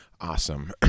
Awesome